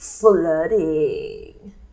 flooding